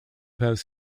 house